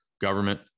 government